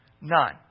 none